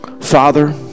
Father